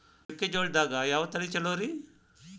ಮೆಕ್ಕಿಜೋಳದಾಗ ಯಾವ ತಳಿ ಛಲೋರಿ?